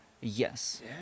Yes